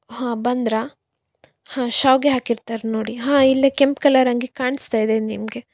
ಹಾಂ ಬಂದಿರಾ ಹಾಂ ಶಾವಿಗೆ ಹಾಕಿರ್ತಾರೆ ನೋಡಿ ಹಾಂ ಇಲ್ಲೇ ಕೆಂಪು ಕಲರ್ ಅಂಗಿ ಕಾಣಿಸ್ತಾ ಇದೆ ನಿಮಗೆ